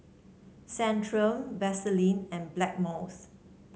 Centrum Vaselin and Blackmores